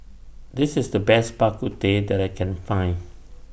This IS The Best Bak Kut Teh that I Can Find